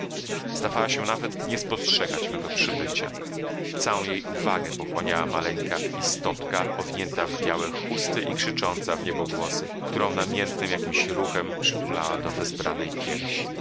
zdawała się nawet nie spostrzegać mego przybycia całą jej uwagę pochłaniała maleńka istotka owinięta w białe chusty i krzycząca wniebogłosy którą namiętnym jakimś ruchem przytulała do wezbranej piersi